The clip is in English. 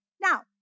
Now